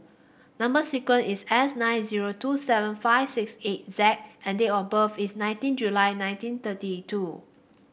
number sequence is S nine zero two seven five six eight Z and date of birth is nineteen July nineteen thirty two